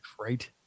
Right